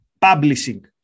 publishing